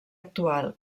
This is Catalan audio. actual